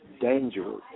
dangerous